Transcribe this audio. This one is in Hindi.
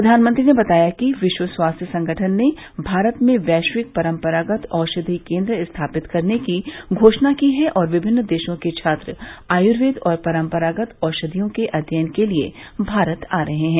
प्रधानमंत्री ने बताया कि विश्व स्वास्थ्य संगठन ने भारत में वैश्विक परंपरागत औषधि केंद्र स्थापित करने की घोषणा की है और विभिन्न देशों के छात्र आयुर्वेद और परंपरागत औषधियों के अध्ययन के लिए भारत आ रहे हैं